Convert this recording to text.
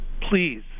please